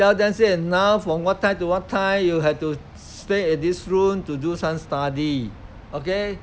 tell them say now from what time to what time you have to stay in this room to do some study okay